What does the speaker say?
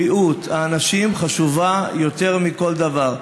בריאות האנשים חשובה יותר מכל דבר,